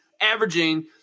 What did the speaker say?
averaging